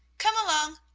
come along!